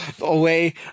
away